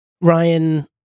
Ryan